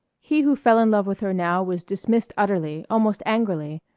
he who fell in love with her now was dismissed utterly, almost angrily.